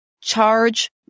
Charge